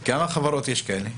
כמה חברות כאלה יש?